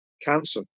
cancer